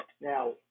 Now